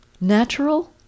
natural